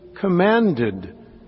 commanded